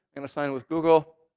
and sign with google.